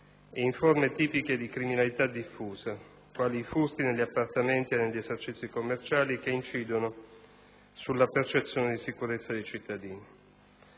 ed in forme tipiche di criminalità diffusa, quali i furti negli appartamenti e presso gli esercizi commerciali, che incidono sulla percezione di sicurezza dei cittadini.